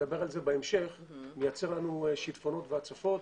ונדבר על זה בהמשך מייצר לנו שיטפונות והצפות.